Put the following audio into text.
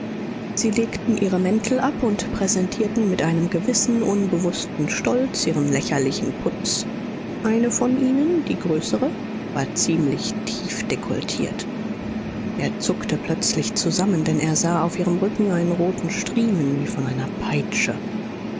sie legten ihre mäntel ab und präsentierten mit einem gewissen unbewußten stolz ihren lächerlichen putz eine von ihnen die größere war ziemlich tief dekolletiert er zuckte plötzlich zusammen denn er sah auf ihrem rücken einen roten striemen wie von einer peitsche